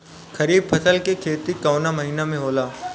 खरीफ फसल के खेती कवना महीना में होला?